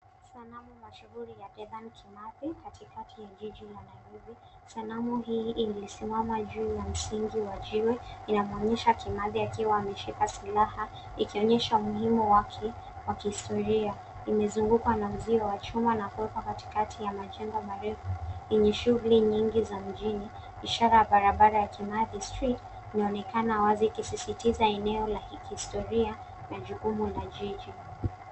Sanamu mashuhuli ya Dedan Kimathi katikati ya jiji la Nairobi. Sanamu hii ili simama juu ya msingi wa jiwe, yamaanisha Kimathi akiwa ameshika silaha, ikionyesha umuhimu wake wa kihistoria. Imezungukwa na uzio wa chuma na kuwekwa katikati ya majengo marefu, yenye shughuli nyingi za mjini, ishara ya barabara ya Kimathi street inaonekana wazi ikisisitiza eneo la kihistoria na jukumu la jiji.